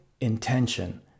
intention